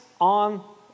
on